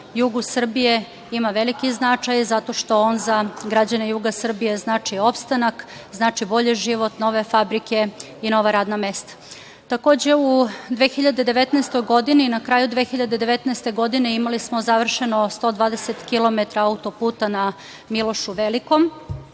jugu Srbije ima veliki značaj, zato što on za građane juga Srbije znači opstanak, znači bolji život, nove fabrike i nova radna mesta. Takođe, u 2019. godini, na kraju 2019. godine imali smo završeno 120 kilometara autoputa na „Milošu Velikom“,